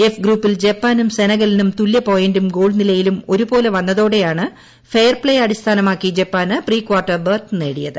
F ഗ്രൂപ്പിൽ ജപ്പാനൂം സെനഗലിനൂം തൂല്യപോയിന്റൂം ഗോൾ നിലയിലൂം ഒരുപോലെ വന്നതോടെയാണ് ഫെയർപ്പേ അടിസ്ഥാനമാക്കി ജപ്പാന് പ്രീ കാർട്ടർ ബെർത്ത് നേടിയത്